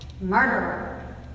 murderer